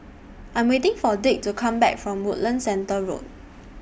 I Am waiting For Dick to Come Back from Woodlands Centre Road